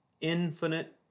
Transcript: infinite